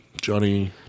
Johnny